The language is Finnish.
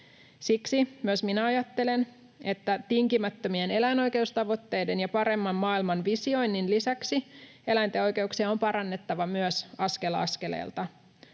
Siksi myös minä ajattelen, että tinkimättömien eläinoikeustavoitteiden ja paremman maailman visioinnin lisäksi eläinten oikeuksia on parannettava myös askel askeleelta.